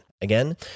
Again